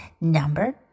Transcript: Number